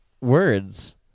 words